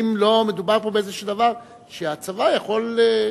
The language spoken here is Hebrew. האם לא מדובר פה באיזה דבר שהצבא יכול למנוע